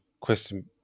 question